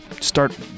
start